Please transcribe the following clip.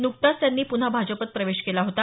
नुकताच त्यांनी पुन्हा भाजपात प्रवेश केला होता